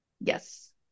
Yes